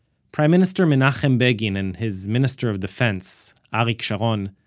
prime minister mencahem begin and his minister of defense, arik sharon,